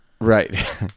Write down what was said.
right